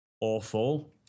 awful